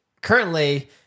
Currently